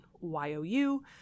y-o-u